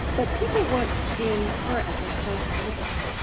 but people weren't seeing her as herself either.